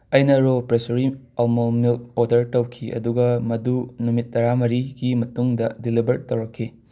ꯑꯩꯅ ꯔꯣ ꯄ꯭ꯔꯦꯁꯔꯤ ꯑꯜꯃꯣꯜ ꯃꯤꯜꯛ ꯑꯣꯗꯔ ꯇꯧꯈꯤ ꯑꯗꯨꯒ ꯃꯗꯨ ꯅꯨꯃꯤꯠ ꯇꯔꯥꯃꯔꯤꯒꯤ ꯃꯇꯨꯡꯗ ꯗꯤꯂꯕꯔ ꯇꯧꯔꯛꯈꯤ